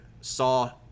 saw